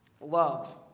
love